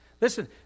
Listen